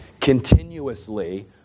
continuously